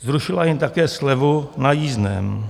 Zrušila jim také slevu na jízdném.